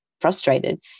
frustrated